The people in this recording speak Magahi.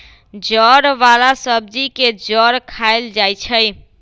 जड़ वाला सब्जी के जड़ खाएल जाई छई